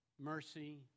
mercy